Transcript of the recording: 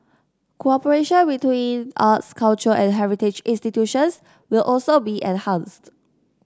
cooperation between arts culture and heritage institutions will also be enhanced